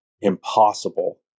impossible